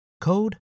code